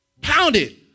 Pounded